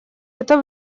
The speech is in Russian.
это